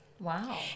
wow